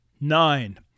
Nine